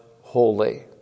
holy